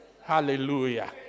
Hallelujah